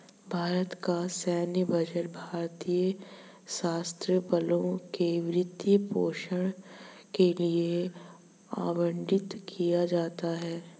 भारत का सैन्य बजट भारतीय सशस्त्र बलों के वित्त पोषण के लिए आवंटित किया जाता है